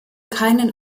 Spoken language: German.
keinen